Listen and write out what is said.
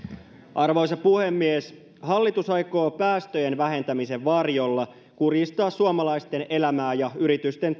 arvoisa puhemies hallitus aikoo päästöjen vähentämisen varjolla kurjistaa suomalaisten elämää ja yritysten